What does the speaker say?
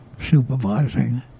supervising